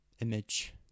image